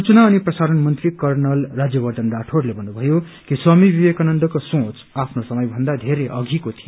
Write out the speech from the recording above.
सूचना अनि प्रसारण मन्त्री कर्णल राज्यवर्द्वन राठौड़ले भन्नुभयो कि स्वामी विवेकानन्दको सोंच आफ्नो समयभन्दा धेरै अघिको थियो